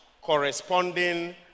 corresponding